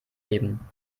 geben